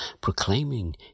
proclaiming